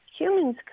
humans